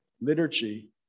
Liturgy